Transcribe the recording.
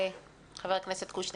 חבר הכנסת קושניר.